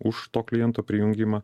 už to kliento prijungimą